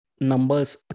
numbers